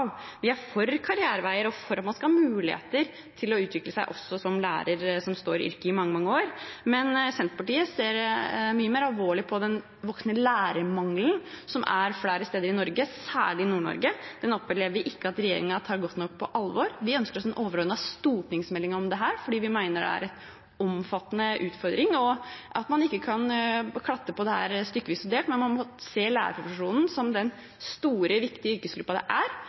Vi er for karriereveier og for at man skal ha muligheter til å utvikle seg også som en lærer som står i yrket i mange, mange år, men Senterpartiet ser mye mer alvorlig på den voksende lærermangelen som er flere steder i Norge, særlig i Nord-Norge. Den opplever vi ikke at regjeringen tar nok på alvor. Vi ønsker oss en overordnet stortingsmelding om dette fordi vi mener det er en omfattende utfordring, og at man ikke kan klatte på dette stykkevis og delt, men man må se lærerprofesjonen som den store, viktige yrkesgruppen det er, og samle tiltak og muligheter for denne yrkesgruppen i en stortingsmelding. Replikkordskiftet er